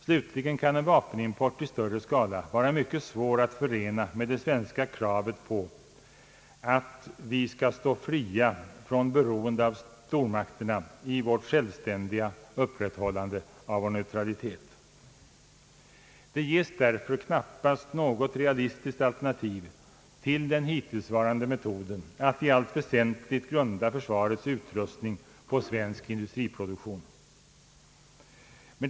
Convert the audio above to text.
Slutligen kan en vapenimport i större skala vara mycket svår att förena med det svenska kravet på att vi skall stå fria från beroende av stormakterna i vårt självständiga upprätthållande av vår neutralitet. Det ges därför knappast något realistiskt alternativ till den hittillsvarande metoden att i allt väsentligt grunda försvarets utrustning på svensk industriproduktion.